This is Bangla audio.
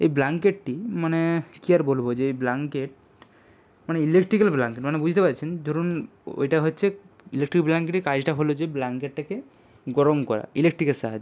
এই ব্লাঙ্কেটটি মানে কী আর বলবো যে এই ব্ল্যাঙ্কেট মানে ইলেকট্রিক্যাল ব্ল্যাঙ্কেট মানে বুঝতে পারছেন ধরুন ওইটা হচ্ছে ইলেকট্রিক্যাল ব্ল্যাঙ্কেটের কাজটা হলো যে ব্ল্যাঙ্কেটটাকে গরম করা ইলেকট্রিকের সাহায্য